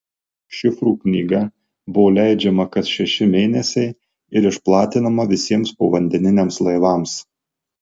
šifrų knyga buvo leidžiama kas šeši mėnesiai ir išplatinama visiems povandeniniams laivams